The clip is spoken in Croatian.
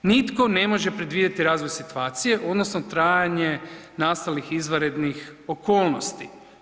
Nitko ne može predvidjeti razvoj situacije, odnosno trajanje nastalih izvanrednih okolnosti.